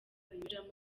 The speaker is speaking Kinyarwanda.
binyuramo